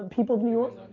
people of new york?